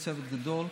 עם צוות גדול,